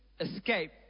escape